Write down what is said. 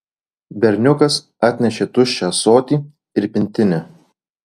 berniukas atnešė tuščią ąsotį ir pintinę